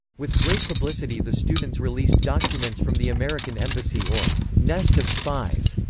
with great publicity the students released documents from the american embassy or nest of spies,